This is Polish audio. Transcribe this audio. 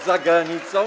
Za granicą?